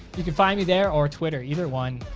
you can find me there or twitter, either one.